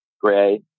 Gray